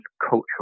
cultural